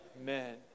Amen